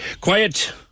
Quiet